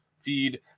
feed